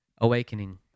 awakening